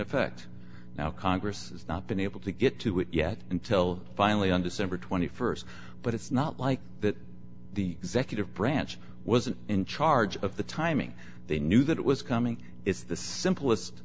effect now congress has not been able to get to it yet until finally under center st but it's not like that the executive branch wasn't in charge of the timing they knew that it was coming it's the simplest